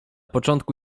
początku